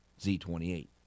Z28